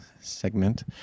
segment